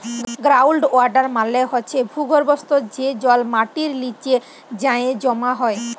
ground water মালে হছে ভূগর্ভস্থ যে জল মাটির লিচে যাঁয়ে জমা হয়